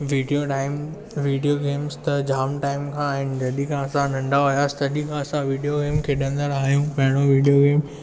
video time video games त जाम time खां आहिनि जॾहिं खां असां नंढा हुआसीं तॾहिं खां असां विडियो गेम खेॾंदड़ आहियूं पहिरियों विडियो गेम